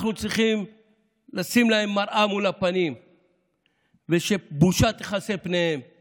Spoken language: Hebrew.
אנחנו צריכים לשים להם מראה מול הפנים ושבושה תכסה את פניהם על